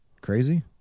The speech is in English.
Crazy